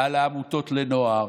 על העמותות לנוער,